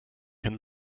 can